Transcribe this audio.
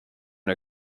her